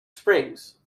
springs